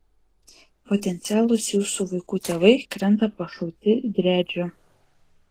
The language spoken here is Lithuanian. potencialūs jūsų vaikų tėvai krenta pašauti driadžių